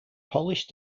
polish